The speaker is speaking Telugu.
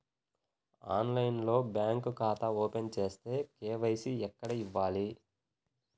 ఆన్లైన్లో బ్యాంకు ఖాతా ఓపెన్ చేస్తే, కే.వై.సి ఎక్కడ ఇవ్వాలి?